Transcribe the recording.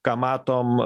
ką matom